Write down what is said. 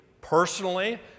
Personally